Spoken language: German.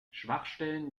schwachstellen